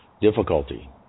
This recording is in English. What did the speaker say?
difficulty